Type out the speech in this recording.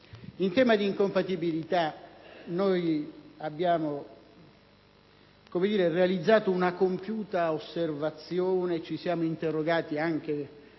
In tema di incompatibilità abbiamo realizzato una compiuta osservazione, ci siamo interrogati con